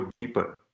deeper